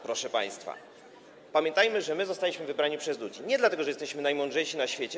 Proszę państwa, pamiętajmy jednak, że zostaliśmy wybrani przez ludzi nie dlatego, że jesteśmy najmądrzejsi na świecie.